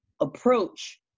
approach